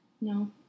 No